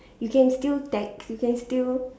you can still text you can still